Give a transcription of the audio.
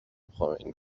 خمینی